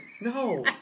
No